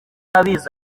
utabizi